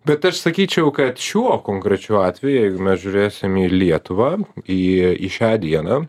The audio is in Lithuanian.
bet aš sakyčiau kad šiuo konkrečiu atveju jeigu mes žiūrėsim į lietuvą į į šią dieną